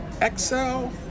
excel